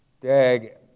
Dag